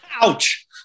ouch